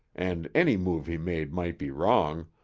and any move he made might be wrong,